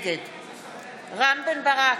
נגד רם בן ברק,